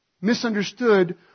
misunderstood